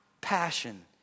passion